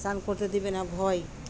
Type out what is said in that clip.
স্নান করতে দেবে না ভয়